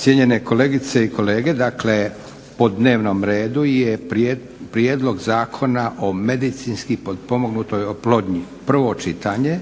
Cijenjene kolegice i kolege dakle po dnevnom redu je - Prijedlog Zakona o medicinski pomognutoj oplodnji, prvo čitanje,